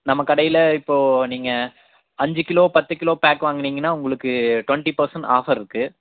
நம்ம கடையில் இப்போ நீங்கள் அஞ்சு கிலோ பத்து கிலோ பேக் வாங்குனீங்கனா உங்களுக்கு டொண்ட்டி பேர்ஸண்ட் ஆஃபர்ருக்கு